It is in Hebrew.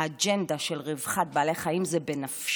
האג'נדה של רווחת בעלי חיים זה בנפשה,